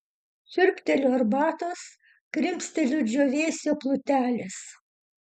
siurbteliu arbatos krimsteliu džiūvėsio plutelės